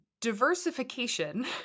diversification